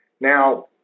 Now